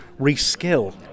reskill